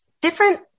different